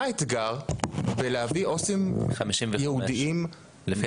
מה האתגר בלהביא עו״סים יהודיים --- לפי